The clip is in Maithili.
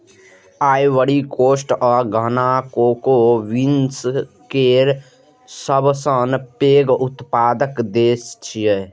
आइवरी कोस्ट आ घाना कोको बीन्स केर सबसं पैघ उत्पादक देश छियै